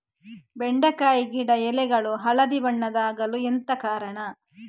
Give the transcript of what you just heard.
ಬೆಂಡೆಕಾಯಿ ಗಿಡ ಎಲೆಗಳು ಹಳದಿ ಬಣ್ಣದ ಆಗಲು ಎಂತ ಕಾರಣ?